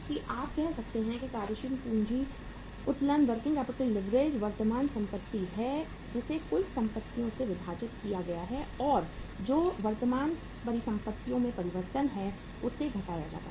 इसलिए कार्यशील पूंजी उत्तोलन वर्तमान संपत्ति है जिसे कुल परिसंपत्तियों से विभाजित किया गया है और जो वर्तमान परिसंपत्तियों में परिवर्तन है उसे घटाया जाता है